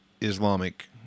Islamic